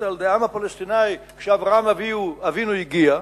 על-ידי העם הפלסטיני כשאברהם אבינו הגיע,